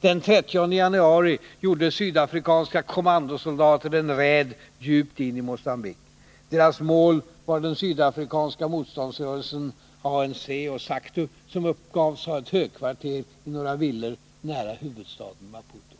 Den 30 januari gjorde sydafrikanska kommandosoldater en räd djupt in i Mogambique. Deras mål var den sydafrikanska motståndsrörelsen, ANC och SACTU, som uppgavs ha ett högkvarter i några villor nära huvudstaden Maputo.